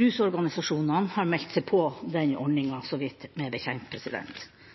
rusorganisasjonene har meldt seg på den ordninga, så vidt